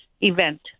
event